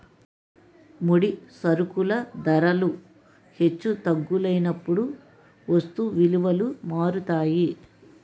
ముడి సరుకుల ధరలు హెచ్చు తగ్గులైనప్పుడు వస్తువు విలువలు మారుతాయి